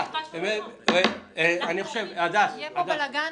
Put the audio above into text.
אנחנו רואים שיהיה פה בלגן.